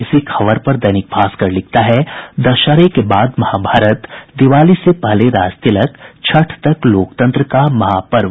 इसी खबर पर दैनिक भास्कर लिखता है दशहरे के बाद महाभारत दिवाली से पहले राजतिलक छठ तक लोकतंत्र का महापर्व